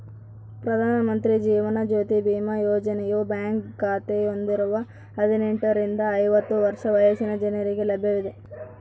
ಪ್ರಧಾನ ಮಂತ್ರಿ ಜೀವನ ಜ್ಯೋತಿ ಬಿಮಾ ಯೋಜನೆಯು ಬ್ಯಾಂಕ್ ಖಾತೆ ಹೊಂದಿರುವ ಹದಿನೆಂಟುರಿಂದ ಐವತ್ತು ವರ್ಷ ವಯಸ್ಸಿನ ಜನರಿಗೆ ಲಭ್ಯವಿದೆ